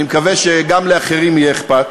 אני מקווה שגם לאחרים יהיה אכפת.